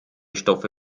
stoffe